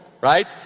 right